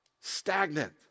stagnant